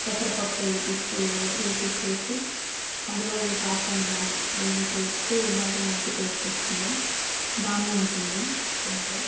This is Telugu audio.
పెసర పప్పు వేపిచ్చి వేపిచ్చేసి అందులో ఈ పాస్తాని గానీ వేయించేస్తే బాగా మంచి టేస్ట్ వస్తుంది బాగానే ఉంటుంది తింటే